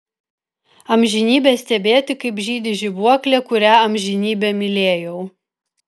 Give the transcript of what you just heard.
amžinybę stebėti kaip žydi žibuoklė kurią amžinybę mylėjau